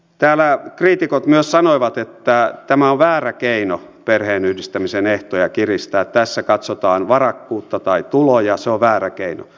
täällä kriitikot myös sanoivat että tämä on väärä keino kiristää perheenyhdistämisen ehtoja tässä katsotaan varakkuutta tai tuloja se on väärä keino